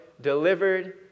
delivered